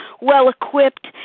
well-equipped